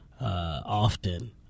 Often